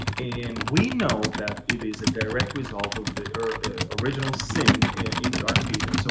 and we know that it is a direct result of the original sin in the garden of eden. so